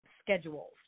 schedules